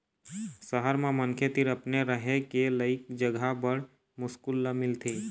सहर म मनखे तीर अपने रहें के लइक जघा बड़ मुस्कुल ल मिलथे